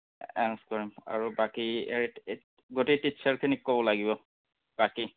arrange কৰিম আৰু বাকী গোটেই টিচাৰখিনিক ক'ব লাগিব বাকী